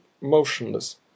motionless